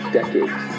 decades